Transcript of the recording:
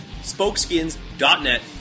spokeskins.net